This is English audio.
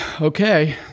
Okay